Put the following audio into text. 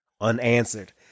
unanswered